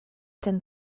ten